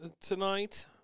tonight